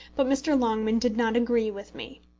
but mr. longman did not agree with me.